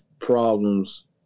problems